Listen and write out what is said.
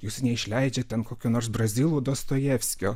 jūs neišleidžiat ant kokio nors brazilų dostojevskio